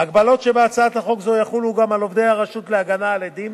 ההגבלות שבהצעת חוק זו יחולו גם על עובדי הרשות להגנה על עדים,